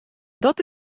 dat